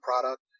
product